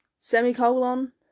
Semicolon